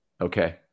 Okay